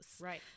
Right